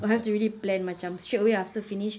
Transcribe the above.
I have to really plan macam straight away after finish